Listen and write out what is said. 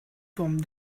forme